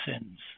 sins